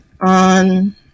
on